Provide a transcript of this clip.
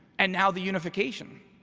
and now the unification,